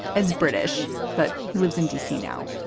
it's british, but he lives in d c. now.